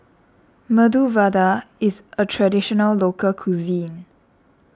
Medu Vada is a Traditional Local Cuisine